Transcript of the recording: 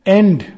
end